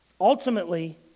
Ultimately